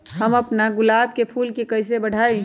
हम अपना गुलाब के फूल के कईसे बढ़ाई?